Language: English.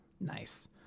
Nice